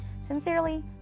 Sincerely